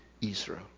Israel